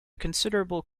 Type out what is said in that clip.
considerable